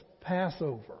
Passover